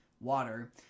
water